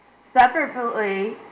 Separately